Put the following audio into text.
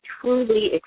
truly